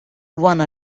wanna